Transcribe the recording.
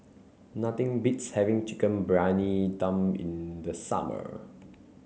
nothing beats having Chicken Briyani Dum in the summer